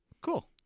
Cool